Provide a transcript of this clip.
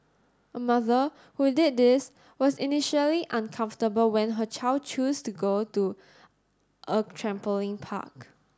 a mother who did this was initially uncomfortable when her child choose to go to a trampoline park